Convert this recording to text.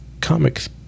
comics